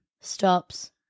stops